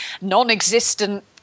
non-existent